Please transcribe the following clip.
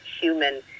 human